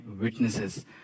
witnesses